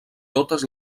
totes